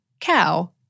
cow